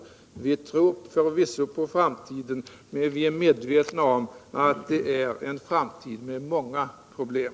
Vi tror förvisso på framtiden, men vi är medvetna om att det är en framtid med många problem.